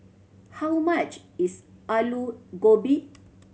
how much is Alu Gobi